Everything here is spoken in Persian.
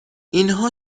اینها